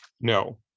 no